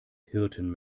hirten